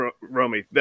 Romy